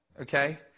Okay